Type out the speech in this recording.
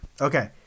Okay